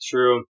True